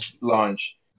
launch